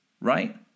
right